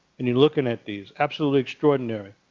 and you're looking at these. absolutely extraordinary.